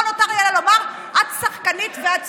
לא נותר לי אלא לומר: את שחקנית ואת צבועה,